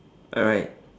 alright